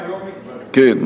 זה כבר היום נקבע.